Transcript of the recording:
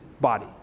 body